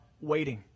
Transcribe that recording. waiting